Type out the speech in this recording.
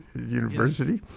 university.